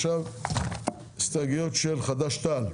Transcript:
עכשיו הסתייגויות של חד"ש תע"ל.